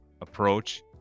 approach